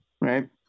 right